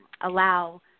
allow